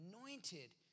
anointed